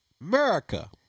America